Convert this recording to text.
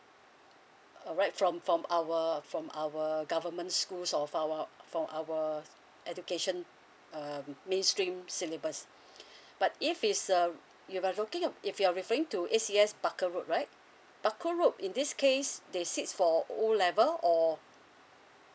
alright from from our from our government schools of our uh for our education uh mainstream syllabus but if it's um you are looking if you're referring to A_C_S barker road right barker road in this case they seats for O level or